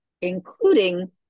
including